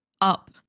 up